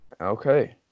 Okay